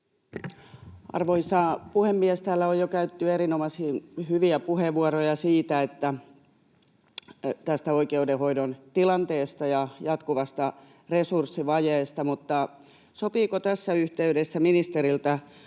Arvoisa puhemies! Täällä on jo käytetty erinomaisen hyviä puheenvuoroja oikeudenhoidon tilanteesta ja jatkuvasta resurssivajeesta, mutta sopiiko tässä yhteydessä ministeriltä